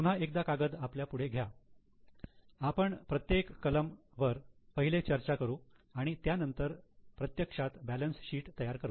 पुन्हा एकदा कागद आपल्या पुढे घ्या आपण प्रत्येक कलम वर पहिले चर्चा करू आणि त्यानंतर प्रत्यक्षात बॅलन्स शीट तयार करू